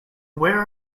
where